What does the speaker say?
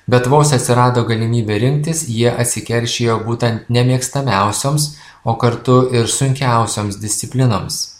bet vos atsirado galimybė rinktis jie atsikeršijo būtent nemėgstamiausioms o kartu ir sunkiausioms disciplinoms